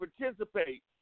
participate